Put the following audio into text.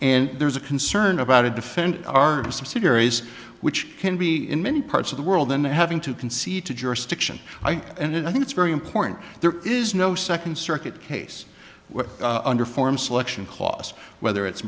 and there's a concern about it defend our subsidiaries which can be in many parts of the world then having to concede to jurisdiction and it i think it's very important there is no second circuit case under forum selection clause whether it's